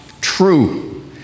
true